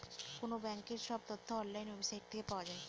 কোনো ব্যাঙ্কের সব তথ্য অনলাইন ওয়েবসাইট থেকে পাওয়া যায়